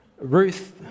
Ruth